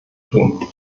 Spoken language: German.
tun